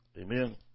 Amen